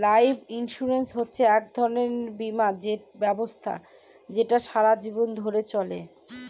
life insurance হচ্ছে এক ধরনের বীমা ব্যবস্থা যেটা সারা জীবন ধরে চলে